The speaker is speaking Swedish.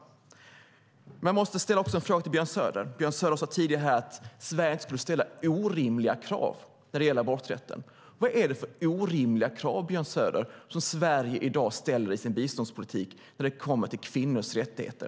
Jag måste också ställa en fråga till Björn Söder. Björn Söder sade tidigare att Sverige inte skulle ställa orimliga krav när det gäller aborträtten. Vad är det för orimliga krav, Björn Söder, som Sverige i dag ställer i sin biståndspolitik när det kommer till kvinnors rättigheter?